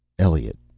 elliot.